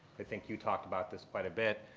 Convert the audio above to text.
i think you talked about this quite a bit.